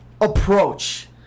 approach